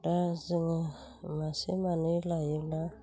दा जोङो मासे मानै लायोब्ला